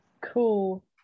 Cool